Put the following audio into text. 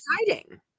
exciting